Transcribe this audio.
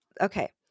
okay